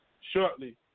shortly